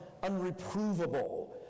unreprovable